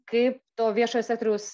kaip to viešo sektoriaus